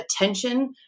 attention